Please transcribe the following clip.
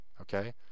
okay